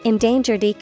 Endangered